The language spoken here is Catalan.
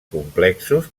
complexos